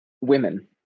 Women